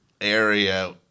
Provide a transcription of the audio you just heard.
area